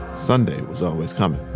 sunday was always coming